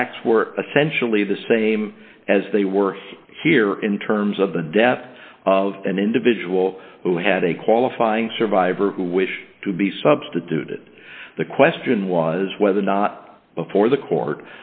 facts were essentially the same as they were here in terms of the death of an individual who had a qualifying survivor who wish to be substituted the question was whether or not before the court